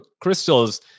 crystals